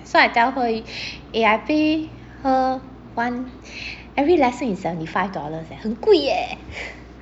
so I tell her eh I pay her one every lesson is seventy five dollars 很贵耶